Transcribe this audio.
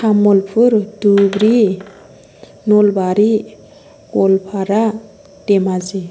Tamulpur Dhubri Nalbari Goalpara Dhemaji